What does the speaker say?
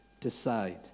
decide